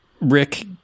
rick